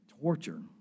torture